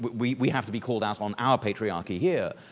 but we we have to be called out on our patriarchy here.